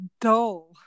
dull